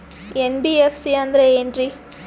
NBFC ಅಂದ್ರ ಏನ್ರೀ?